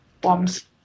bombs